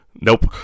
Nope